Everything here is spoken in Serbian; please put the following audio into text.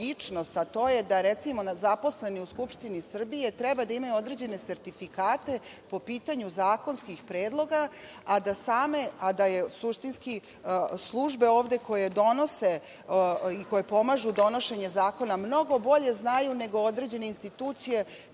a to je recimo, da zaposleni u Skupštini Srbije trebaju da imaju određene sertifikate po pitanju zakonskih predloga, a da suštinski službe ovde koje donose i koje pomažu donošenje zakona mnogo bolje znaju nego određene institucije